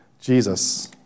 Jesus